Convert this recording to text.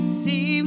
see